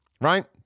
right